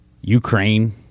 Ukraine